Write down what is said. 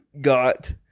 got